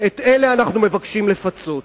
את אלה אנחנו מבקשים לפצות.